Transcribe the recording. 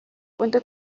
cuenta